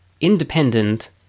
independent